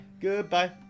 goodbye